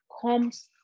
comes